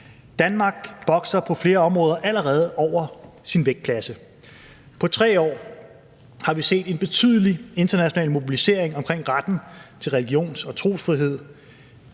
Danmark bokser på flere områder allerede over sin vægtklasse. På 3 år har vi set en betydelig international mobilisering omkring retten til religions- og trosfrihed.